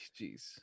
jeez